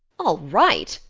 all right!